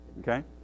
Okay